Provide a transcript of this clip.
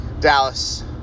Dallas